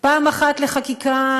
פעם אחת לחקיקה,